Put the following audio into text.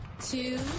Two